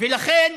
לכן